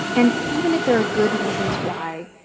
and even if there are good reasons why,